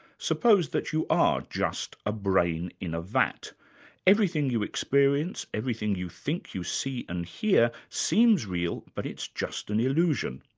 suppose that you are just a brain in a vat everything you experience, everything you think you see and hear seems real, but it's just an illusion.